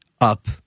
up